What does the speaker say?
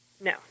No